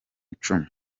icumi